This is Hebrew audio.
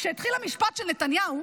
כשהתחיל המשפט של נתניהו,